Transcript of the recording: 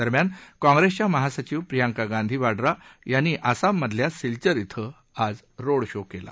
दरम्यान काँग्रेसच्या महासचिव प्रियांका गांधी वाड्रा यांनी आसाममधल्या सिलचर श्वे रोड शो केला